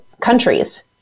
countries